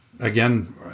Again